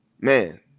man